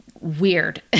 Weird